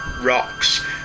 rocks